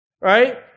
Right